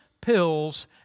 pills